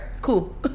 Cool